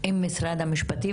עם משרד המשפטים.